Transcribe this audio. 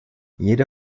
jede